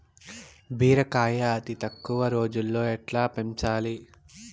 బీరకాయ అతి తక్కువ రోజుల్లో ఎట్లా పెంచాలి?